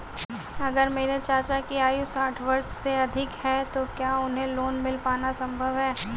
अगर मेरे चाचा की आयु साठ वर्ष से अधिक है तो क्या उन्हें लोन मिल पाना संभव है?